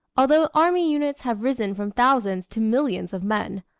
although army units have risen from thousands to millions of men,